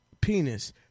Penis